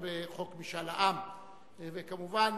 כמובן,